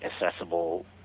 accessible